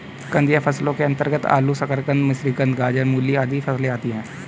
कंदीय फसलों के अंतर्गत आलू, शकरकंद, मिश्रीकंद, गाजर, मूली आदि फसलें आती हैं